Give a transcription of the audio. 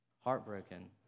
heartbroken